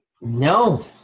No